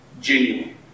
genuine